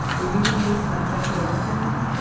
were you relieved to not have to go to work every day?